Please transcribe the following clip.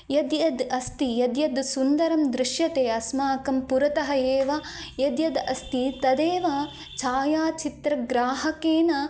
यद् यद् अस्ति यद् यद् सुन्दरं दृश्यते अस्माकं पुरतः एव यद् यद् अस्ति तदेव छायाचित्रग्राहकेन